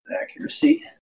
accuracy